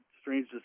strange